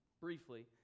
briefly